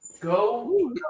Go